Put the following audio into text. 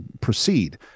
proceed